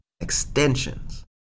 extensions